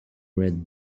red